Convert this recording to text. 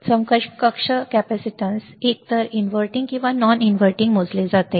समकक्ष कॅपेसिटन्स एकतर इनव्हर्टिंग किंवा नॉन इनव्हर्टिंगवर मोजले जाते